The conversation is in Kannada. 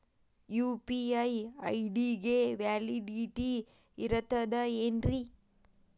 ಯು.ಪಿ.ಐ ಐ.ಡಿ ಗೆ ವ್ಯಾಲಿಡಿಟಿ ಇರತದ ಏನ್ರಿ?